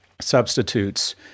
substitutes